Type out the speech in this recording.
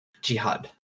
Jihad